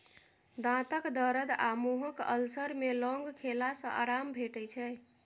दाँतक दरद आ मुँहक अल्सर मे लौंग खेला सँ आराम भेटै छै